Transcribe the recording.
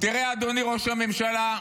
תראה, אדוני ראש הממשלה,